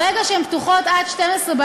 ברגע שהן פתוחות עד 24:00,